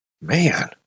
Man